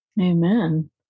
Amen